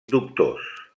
dubtós